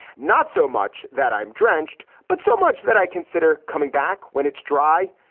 not so much that i'm drenched, but so much that i consider coming back when it's dry.